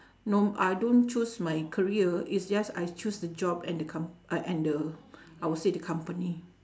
no I don't choose my career it's just I choose the job and the com~ ah and the I would say the company